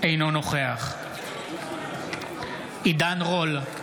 אינו נוכח עידן רול,